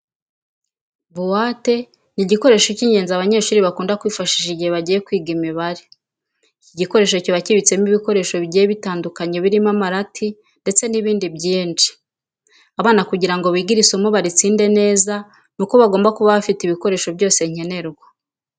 Buwate ni igikoresho cy'ingenzi abanyeshuri bakunda kwifashisha igihe bagiye kwiga imibare. Iki gikoresho kiba kibitsemo ibikoresho bigiye bitandukanye birimo amarati ndetse n'ibindi byinshi. Abana kugira ngo bige iri somo baritsinde neza ni uko bagomba kuba bafite ibikoresho byose nkenerwa.